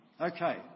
Okay